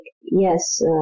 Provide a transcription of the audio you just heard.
yes